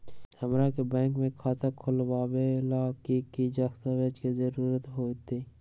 हमरा के बैंक में खाता खोलबाबे ला की की दस्तावेज के जरूरत होतई?